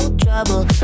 trouble